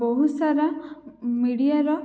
ବହୁତ୍ ସାରା ମିଡ଼ିଆର